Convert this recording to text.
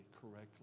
correctly